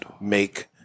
make